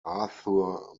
arthur